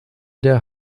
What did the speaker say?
der